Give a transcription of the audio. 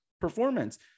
performance